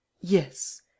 Yes